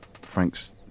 Frank's